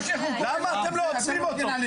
למה אתם לא עוצרים אותו?